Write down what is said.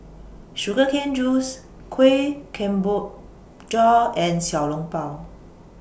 Sugar Cane Juice Kueh Kemboja and Xiao Long Bao